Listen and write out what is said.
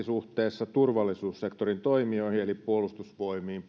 suhteessa turvallisuussektorin toimijoihin eli puolustusvoimiin